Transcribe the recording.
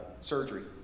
surgery